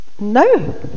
No